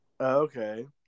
Okay